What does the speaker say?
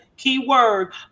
keyword